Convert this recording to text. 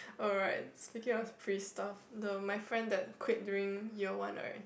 alright speaking of pre stuff the my friend that quit during year one right